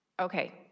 Okay